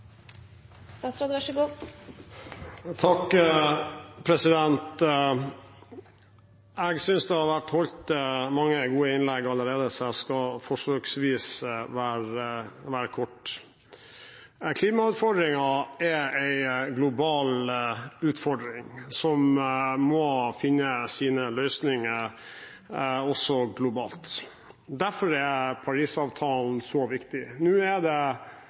Jeg synes det har vært holdt mange gode innlegg allerede, så jeg skal forsøksvis være kort. Klimautfordringen er en global utfordring som må finne sine løsninger også globalt. Derfor er Paris-avtalen så viktig. I dag er det